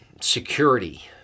security